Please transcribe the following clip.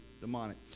demonic